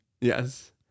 Yes